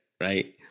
right